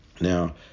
Now